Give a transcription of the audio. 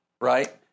right